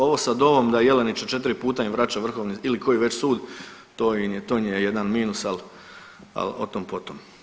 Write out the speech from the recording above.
Ovo sa DOV-om da Jelenića 4 puta im vraća vrhovni ili koji već sud to im je, to im je jedan minus, al, al o tom potom.